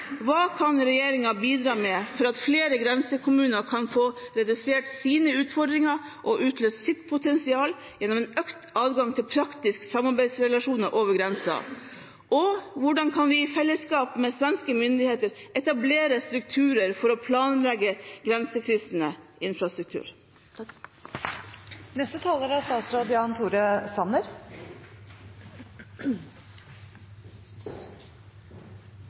Hva kan regjeringen bidra med for at flere grensekommuner kan få redusert sine utfordringer og utløst sitt potensial gjennom en økt adgang til praktiske samarbeidsrelasjoner over grensen? Og hvordan kan vi i fellesskap med svenske myndigheter etablere strukturer for å planlegge grensekryssende infrastruktur?